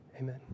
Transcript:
amen